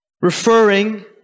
referring